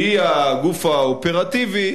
שהיא הגוף האופרטיבי,